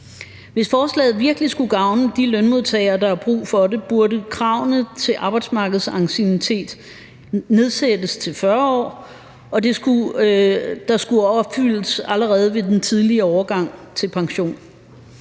Hvis forslaget virkelig skulle gavne de lønmodtagere, der har brug for det, burde kravene til arbejdsmarkedsanciennitet nedsættes til 40 år, og det skulle opfyldes allerede ved den tidlige overgang til pension.